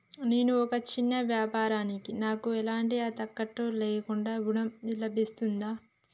నేను ఒక చిన్న వ్యాపారిని నాకు ఎలాంటి తాకట్టు లేకుండా ఋణం లభిస్తదా?